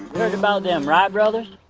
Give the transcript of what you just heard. heard about them wright brothers?